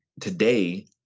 today